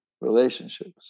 relationships